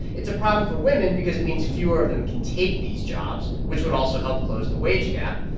it's a problem for women because it means fewer of them can take these jobs, which would also help close the wage gap.